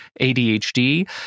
ADHD